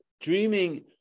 Dreaming